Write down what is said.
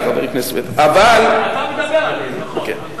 אתה מדבר עליהן, נכון?